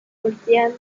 cultivan